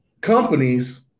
companies